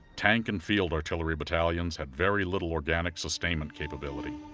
tank and field artillery battalions had very little organic sustainment capability.